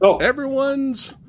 everyone's